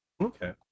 okay